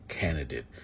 candidate